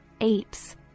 apes